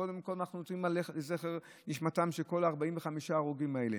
קודם כול אנחנו מתפללים לזכר נשמתם של כל 45 ההרוגים האלה.